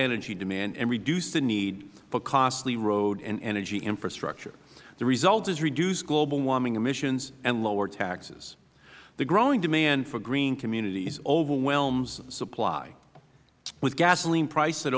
energy demand and reduce the need for costly road and energy infrastructure the result is reduced global warming emissions and lower taxes the growing demand for green communities overwhelms supply with gasoline price